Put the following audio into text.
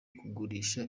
kugurisha